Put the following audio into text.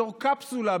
בתור קפסולה,